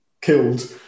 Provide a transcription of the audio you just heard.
Killed